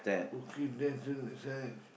okay then sign signage